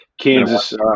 kansas